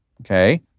okay